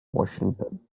washington